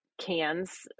cans